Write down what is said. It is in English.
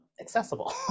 accessible